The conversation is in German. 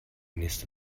nächste